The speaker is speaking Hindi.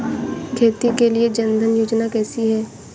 खेती के लिए जन धन योजना कैसी है?